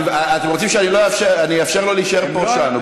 אני אאפשר לו להישאר פה עוד שעה.